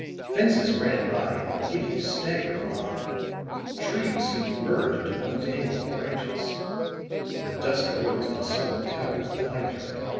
fences ran by in a giddy staggering line trees seemed merged into one tangle of branches the dust arose in solid towers behind her.